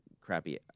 crappy